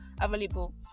available